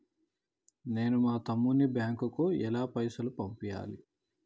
నేను మా తమ్ముని బ్యాంకుకు పైసలు ఎలా పంపియ్యాలి?